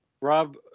rob